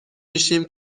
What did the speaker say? میشیم